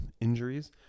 injuries